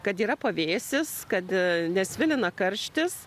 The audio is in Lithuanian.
kad yra pavėsis kad nesvilina karštis